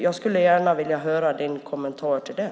Jag skulle gärna vilja höra ministerns kommentar till det.